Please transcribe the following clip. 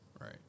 Right